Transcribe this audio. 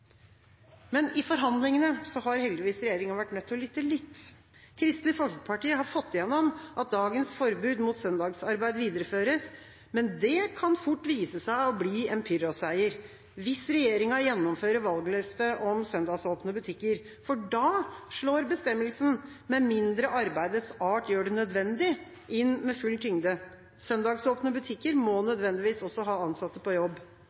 men sannheten er at man ikke har lyttet til likestillingsargumenter i det hele tatt, ikke engang fra sitt eget fagdepartement. I forhandlingene har heldigvis regjeringa vært nødt til å lytte litt. Kristelig Folkeparti har fått gjennom at dagens forbud mot søndagsarbeid videreføres, men det kan fort vise seg å bli en pyrrhosseier hvis regjeringa gjennomfører valgløftet om søndagsåpne butikker, for da slår bestemmelsen «med mindre arbeidets art gjør det nødvendig» inn med full tyngde.